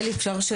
אלי, אפשר שאלה?